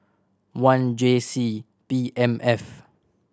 one J C P M F